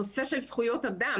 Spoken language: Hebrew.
הנושא של זכויות אדם,